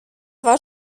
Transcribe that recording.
war